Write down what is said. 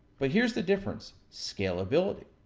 but here's the difference, scalability.